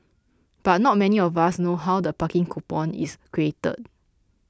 but not many of us know how the parking coupon is created